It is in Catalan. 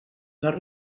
les